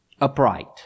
upright